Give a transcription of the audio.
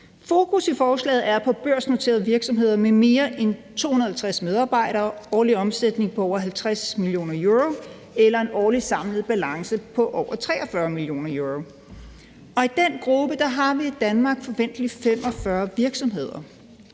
Fokus i forslaget er på børsnoterede virksomheder med mere end 250 medarbejdere og en årlig omsætning på over 50 mio. euro eller en årlig samlet balance på over 43 mio. euro. I den gruppe har vi i Danmark forventeligt 45 virksomheder.